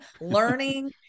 learning